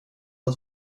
att